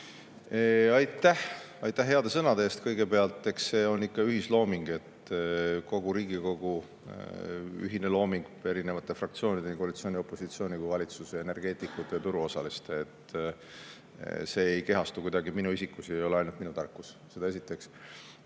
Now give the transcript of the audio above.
Aitäh! Aitäh heade sõnade eest kõigepealt! Eks see on ikka ühislooming, kogu Riigikogu ühine looming, erinevate fraktsioonide, nii koalitsiooni ja opositsiooni kui ka valitsuse, energeetikute ja turuosaliste. See ei kehastu kuidagi minu isikus ega ole ainult minu tarkus, seda esiteks.